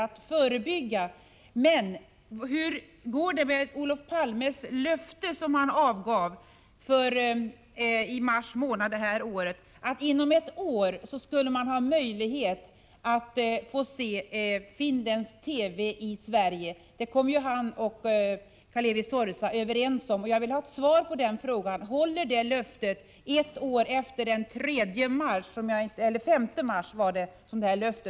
1985/86:7 sändningarna, men hur går det med det löfte som Olof Palme avgav i mars 10 oktober 1985 månad detta år, nämligen att det inom ett år skulle vara möjligt att se finländsk TV i Sverige? Olof Palme och Kalevi Sorsa kom ju överens om - FSS vn detta. Jag vill ha ett svar på den frågan. Håller det löfte som avgavs den 5 stoderunl föreningar Å med ungdomsverkmars?